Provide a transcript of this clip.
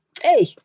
Hey